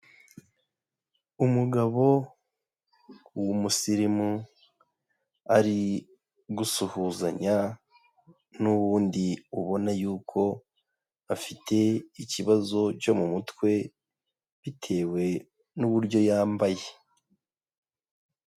Umugabo w'umusirimu, ari gusuhuzanya n'uwundi ubona y'uko afite ikibazo cyo mu mutwe, bitewe n'uburyo yambaye.